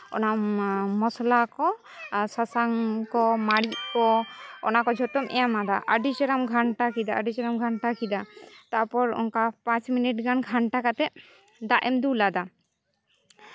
ᱚᱱᱟ ᱢᱚᱥᱞᱟ ᱠᱚ ᱟᱨ ᱥᱟᱥᱟᱝ ᱠᱚ ᱢᱟᱹᱨᱤᱪ ᱠᱚ ᱚᱱᱟ ᱠᱚ ᱡᱷᱚᱛᱚᱢ ᱮᱢ ᱟᱫᱟ ᱟᱨ ᱟᱹᱰᱤ ᱪᱮᱦᱨᱟᱢ ᱜᱷᱟᱱᱴᱟ ᱠᱮᱫᱟ ᱟᱹᱰᱤ ᱪᱮᱦᱨᱟᱢ ᱜᱷᱟᱱᱴᱟ ᱠᱮᱫᱟ ᱛᱟᱨᱯᱚᱨ ᱚᱱᱠᱟ ᱯᱟᱸᱪ ᱢᱤᱱᱤᱴ ᱜᱟᱱ ᱜᱷᱟᱱᱴᱟ ᱠᱟᱛᱮᱫ ᱫᱟᱜ ᱮᱢ ᱫᱩᱞ ᱟᱫᱟ